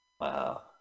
Wow